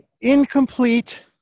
incomplete